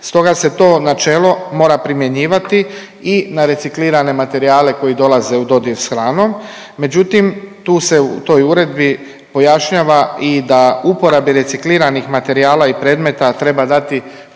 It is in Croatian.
Stoga se to načelo mora primjenjivati i na reciklirane materijale koji dolaze u dodir s hranom. Međutim, tu se, u toj uredbi pojašnjava i da uporabi recikliranih materijala i predmeta treba dati